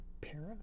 Para